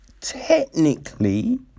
technically